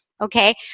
Okay